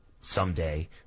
someday